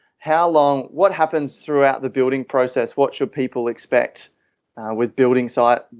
how long. what happens throughout the building process what should people expect with building site,